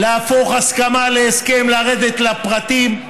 להפוך הסכמה להסכם, לרדת לפרטים,